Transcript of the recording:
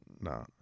No